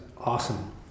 awesome